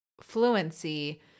fluency